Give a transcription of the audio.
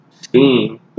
steam